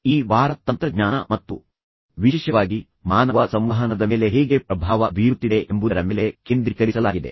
ಈ ವಾರ ತಂತ್ರಜ್ಞಾನ ಮತ್ತು ವಿಶೇಷವಾಗಿ ಮಾನವ ಸಂವಹನದ ಮೇಲೆ ಹೇಗೆ ಪ್ರಭಾವ ಬೀರುತ್ತಿದೆ ಎಂಬುದರ ಮೇಲೆ ಕೇಂದ್ರೀಕರಿಸಲಾಗಿದೆ